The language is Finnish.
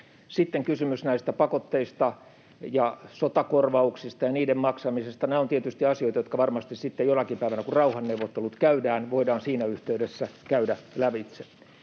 Sitten kysymys näistä pakotteista ja sotakorvauksista ja niiden maksamisesta: nämä ovat tietysti asioita, jotka varmasti sitten jonakin päivänä, kun rauhanneuvottelut käydään, voidaan siinä yhteydessä käydä lävitse.